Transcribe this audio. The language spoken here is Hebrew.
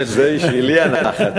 זה בשבילי הנחת.